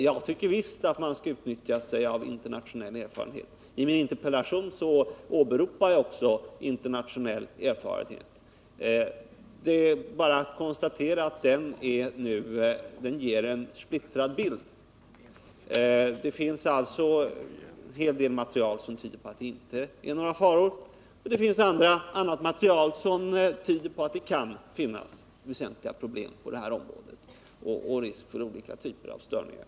Jag tycker visst att man skall använda sig av internationell erfarenhet, och i min interpellation åberopar jag också internationell erfarenhet. Det är bara att konstatera att den erfarenheten nu ger en splittrad bild. Det finns alltså en hel del material som tyder på att det inte är några faror, och det finns annat material som tyder på att det kan finnas väsentliga problem på området och risk för olika typer av störningar.